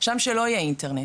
שם שלא יהיה אינטרנט.